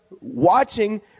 watching